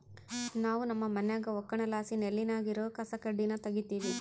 ನಾವು ನಮ್ಮ ಮನ್ಯಾಗ ಒಕ್ಕಣೆಲಾಸಿ ನೆಲ್ಲಿನಾಗ ಇರೋ ಕಸಕಡ್ಡಿನ ತಗೀತಿವಿ